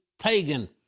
pagan